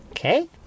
Okay